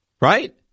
Right